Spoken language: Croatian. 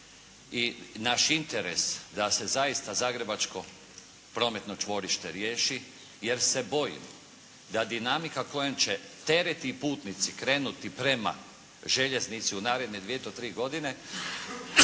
i naš interes da se zaista zagrebačko prometno čvorište riješi jer se bojim da dinamika kojom će teretni putnici krenuti prema željeznici u naredne dvije do tri godine